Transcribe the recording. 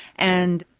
and,